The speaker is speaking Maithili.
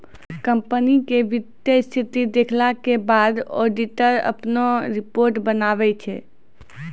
कंपनी के वित्तीय स्थिति देखला के बाद ऑडिटर अपनो रिपोर्ट बनाबै छै